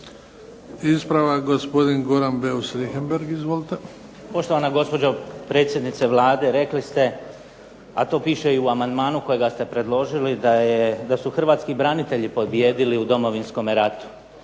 Izvolite. **Beus Richembergh, Goran (HNS)** Poštovana gospođo predsjednice Vlade rekli ste, a to piše i u amandmanu kojega ste predložili, da su hrvatski branitelji pobijedili u Domovinskome ratu.